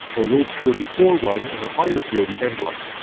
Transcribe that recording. a low purity forerun and a higher purity end run.